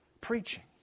preaching